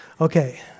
Okay